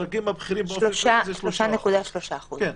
ובדרכים הפחות בכירים באופן כללי זה 3%. 3.3%. כן.